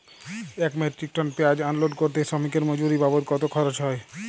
এক metric tonne পেঁয়াজ unload করতে শ্রমিকের মজুরি বাবদ কত খরচ হয়?